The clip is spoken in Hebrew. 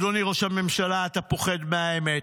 אדוני ראש הממשלה, אתה פוחד מהאמת.